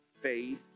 Faith